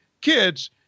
Kids